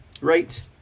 right